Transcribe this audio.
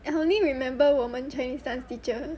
I only remember 我们 chinese dance teacher